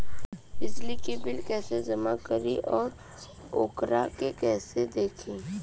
बिजली के बिल कइसे जमा करी और वोकरा के कइसे देखी?